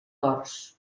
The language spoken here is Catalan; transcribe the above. dors